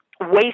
waste